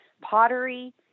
pottery